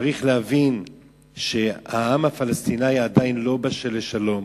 צריך להבין שהעם הפלסטיני עדיין לא בשל לשלום.